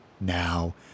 Now